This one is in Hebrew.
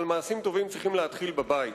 אבל מעשים טובים צריכים להתחיל בבית,